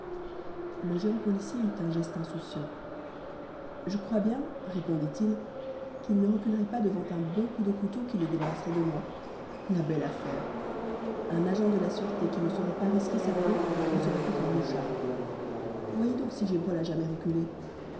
le jeune policier eut un geste insouciant je crois bien répondit-il qu'ils ne reculeraient pas devant un bon coup de couteau qui les débarrasserait de moi la belle affaire un agent de la sûreté qui ne saurait pas risquer sa peau ne serait plus qu'un mouchard voyez donc si gévrol a jamais reculé